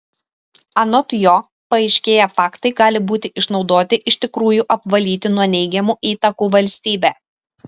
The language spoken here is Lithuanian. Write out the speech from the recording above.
anot jo paaiškėję faktai gali būti išnaudoti iš tikrųjų apvalyti nuo neigiamų įtakų valstybę